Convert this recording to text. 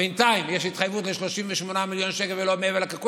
בינתיים יש התחייבות ל-38 מיליון שקל ולא מעבר לכך.